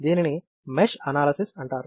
దీనిని mesh analysis అంటారు